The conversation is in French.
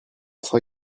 sera